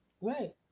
right